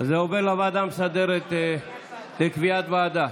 עובר לוועדה המסדרת לקביעת ועדה.